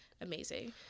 amazing